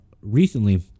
recently